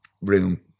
room